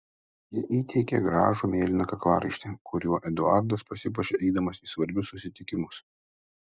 ji įteikė gražų mėlyną kaklaraištį kuriuo eduardas pasipuošia eidamas į svarbius susitikimus